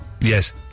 Yes